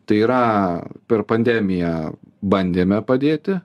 tai yra per pandemiją bandėme padėti